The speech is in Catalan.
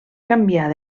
canviar